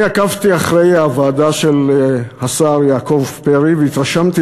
אני עקבתי אחרי הוועדה של השר יעקב פרי והתרשמתי